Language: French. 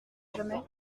jamais